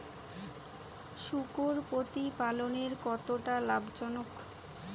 শূকর প্রতিপালনের কতটা লাভজনক?